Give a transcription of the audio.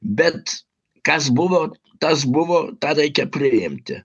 bet kas buvo tas buvo tą reikia priimti